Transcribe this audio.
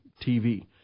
TV